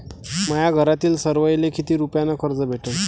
माह्या घरातील सर्वाले किती रुप्यान कर्ज भेटन?